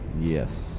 Yes